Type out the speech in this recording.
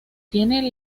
tiene